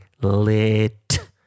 lit